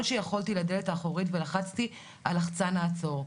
שיכולתי לדלת האחורית ולחצתי על לחצן עצור.